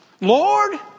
Lord